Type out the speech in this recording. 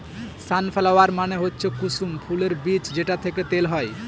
সান flower মানে হচ্ছে কুসুম ফুলের বীজ যেটা থেকে তেল হয়